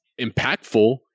impactful